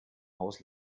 haus